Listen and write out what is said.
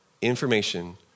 information